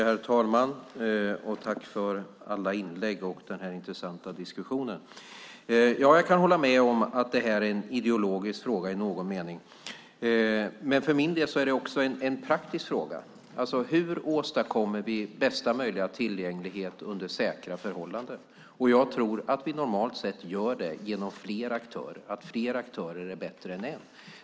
Herr talman! Jag tackar för alla inlägg och denna intressanta diskussion. Jag kan hålla med om att detta är en ideologisk fråga i någon mening. Men för min del är det också en praktisk fråga. Hur åstadkommer vi bästa möjliga tillgänglighet under säkra förhållanden? Jag tror att vi normalt sett gör det genom att ha fler aktörer. Fler aktörer är bättre än en.